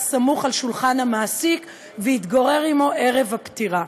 סמוך על שולחן המעסיק והתגורר עמו ערב הפטירה.